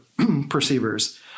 perceivers